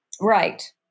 Right